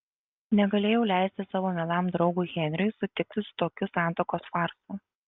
negalėjau leisti savo mielam draugui henriui sutikti su tokiu santuokos farsu